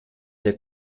der